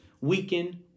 weaken